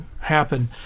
happen